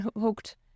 hooked